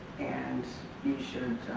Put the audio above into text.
and you should